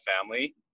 family